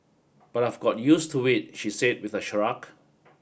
but I've got use to it she said with a shrug